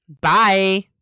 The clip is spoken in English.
Bye